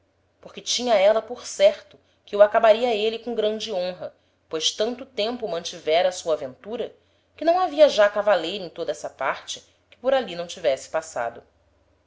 porque tinha éla por certo que o acabaria êle com grande honra pois tanto tempo mantivera sua aventura que não havia já cavaleiro em toda essa parte que por ali não tivesse passado